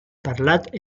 parlat